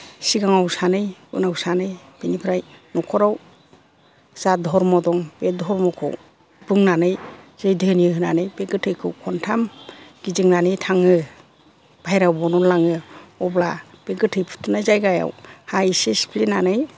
सिगाङाव सानै उनाव सानै बिनिफ्राय नखराव जा धर्म दं बे धर्मखौ बुंनानै जै धोनि होनानै बे गोथैखौ खनथाम गिदिंनानै थाङो बाहेराव बनो लाङो अब्ला बे गोथै फुथुनाय जायगायाव हा एसे सिफ्लेनानै